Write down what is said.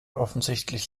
offensichtlich